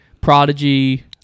prodigy